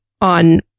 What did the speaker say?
on